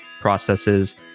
processes